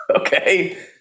okay